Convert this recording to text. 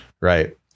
right